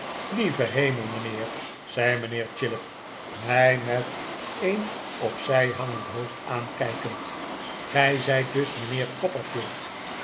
lieve hemel mijnheer zei mijnheer chillip mij met een op zij hangend hoofd aankijkend gij zijt dus mijnheer